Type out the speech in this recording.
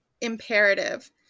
Imperative